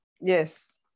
yes